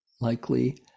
likely